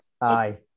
Aye